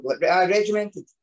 regimented